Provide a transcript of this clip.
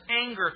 anger